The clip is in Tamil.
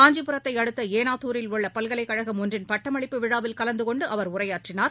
காஞ்சிபுரத்தைஅடுத்தஏனாத்தூரில் உள்ளபல்கலைக் கழகம் ஒன்றின் பட்டமளிப்பு விழாவில் கலந்துகொண்டுஅவர் உரையாற்றினார்